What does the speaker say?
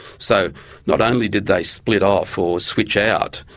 so not only did they split off, or switch out,